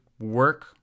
work